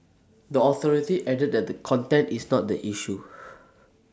the authority added that the content is not the issue